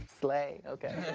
slay, okay?